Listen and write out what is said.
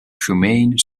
humane